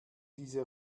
diese